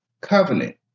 Covenant